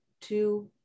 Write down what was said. two